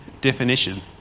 definition